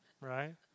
right